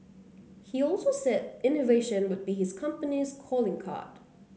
he also said innovation would be his company's calling card